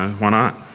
why not?